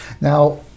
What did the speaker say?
Now